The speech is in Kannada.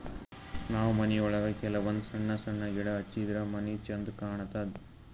ನಾವ್ ಮನಿಯೊಳಗ ಕೆಲವಂದ್ ಸಣ್ಣ ಸಣ್ಣ ಗಿಡ ಹಚ್ಚಿದ್ರ ಮನಿ ಛಂದ್ ಕಾಣತದ್